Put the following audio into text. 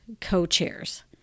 co-chairs